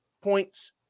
points